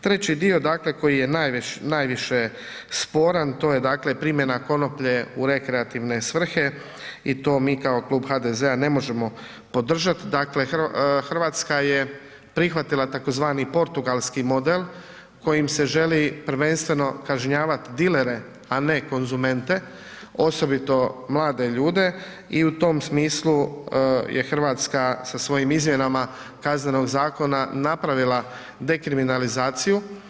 Treći dio, dakle koji je najviše sporan, to je dakle primjena konoplje u rekreativne svrhe i to mi kao Klub HDZ-a ne možemo podržat, dakle RH je prihvatila tzv. portugalski model kojim se želi prvenstveno kažnjavat dilere, a ne konzumente osobito mlade ljude i u tom smislu je RH sa svojim izmjenama Kaznenog zakona napravila dekriminalizaciju.